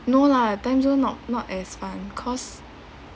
no lah time zone not not as fun cause